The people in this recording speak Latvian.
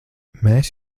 mēs